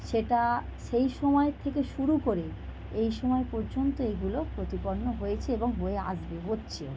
সেটা সেই সময়ের থেকে শুরু করে এই সময় পর্যন্ত এগুলো প্রতিপন্ন হয়েছে এবং হয়ে আসবে হচ্ছেও